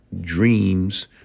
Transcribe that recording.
dreams